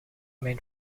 main